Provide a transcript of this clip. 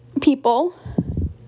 people